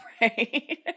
Right